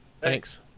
Thanks